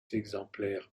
exemplaires